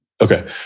Okay